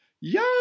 Yo